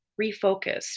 refocus